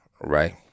Right